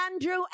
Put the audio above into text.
Andrew